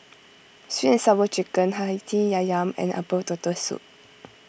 Sweet and Sour Chicken Hati and Herbal Turtle Soup